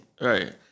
Right